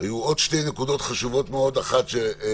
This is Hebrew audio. היו עוד שתי נקודות חשובות מאוד, האחת שהעלית,